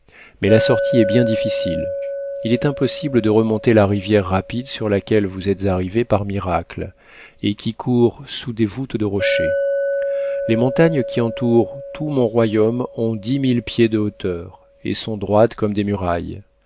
mais la sortie est bien difficile il est impossible de remonter la rivière rapide sur laquelle vous êtes arrivés par miracle et qui court sous des voûtes de rochers les montagnes qui entourent tout mon royaume ont dix mille pieds de hauteur et sont droites comme des murailles